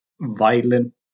violent